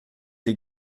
les